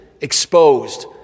exposed